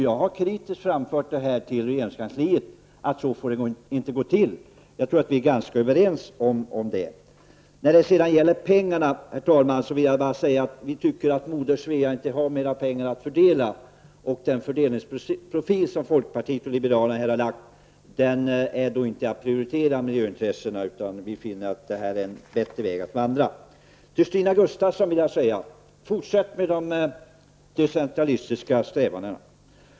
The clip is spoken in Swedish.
Jag har för regeringskansliet framhållit att så får det inte gå till -- och jag tror att vi är ganska överens om den uppfattningen. När det gäller pengarna, herr talman, vill jag bara säga att vi tycker att moder Svea inte har mera pengar att fördela. Den fördelningsprofil som folkpartiet liberalerna här har lagt fram innebär inte att man prioriterar miljöintressena. Vi finner att vad vi föreslår är en bättre väg att vandra. Till Stina Gustavsson vill jag säga: Fortsätt med de decentralistiska strävandena!